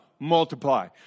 multiply